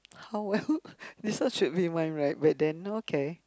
how well this one should be mine right but then okay